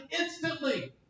instantly